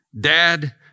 Dad